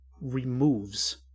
removes